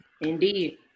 Indeed